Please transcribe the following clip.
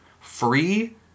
free